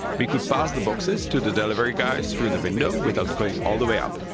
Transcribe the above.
we could pass the boxes to the delivery guys through the window without going all the way up.